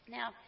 Now